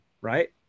Right